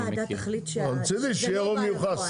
אם הוועדה תחליט ש --- לא יוצא לפועל,